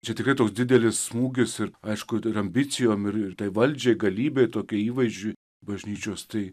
čia tikrai toks didelis smūgis ir aišku ir ambicijom ir tai valdžiai galybei tokiai įvaizdžiui bažnyčios tai